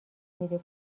میده